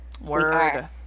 word